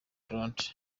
donald